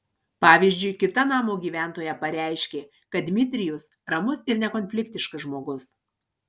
pavyzdžiui kita namo gyventoja pareiškė kad dmitrijus ramus ir nekonfliktiškas žmogus